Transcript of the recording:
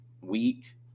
week